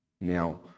Now